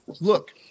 look